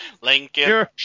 Lincoln